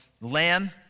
lamb